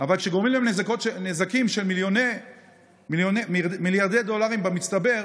אבל כשגורמים להם נזקים של מיליארדי דולרים במצטבר,